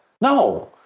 no